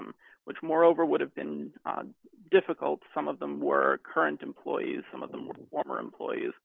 them which moreover would have been difficult some of them were current employees some of the former employees